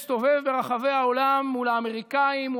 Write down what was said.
מסתובב ברחבי העולם מול האמריקאים,